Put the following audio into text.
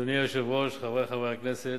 אדוני היושב-ראש, חברי חברי הכנסת,